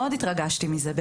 מאוד התרגשתי מזה.